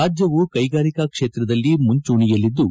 ರಾಜ್ಯವು ಕೈಗಾರಿಕಾ ಕ್ಷೇತ್ರದಲ್ಲಿ ಮುಂಚೂಣಿಯಲ್ಲಿದ್ದು